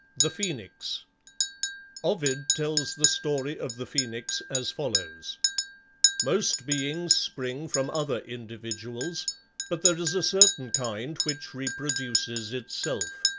the phoenix ovid tells the story of the phoenix as follows most beings spring from other individuals but there is a certain kind which reproduces itself.